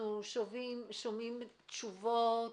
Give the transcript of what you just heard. אנחנו שומעים תשובות,